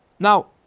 now,